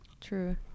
True